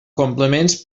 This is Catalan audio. complements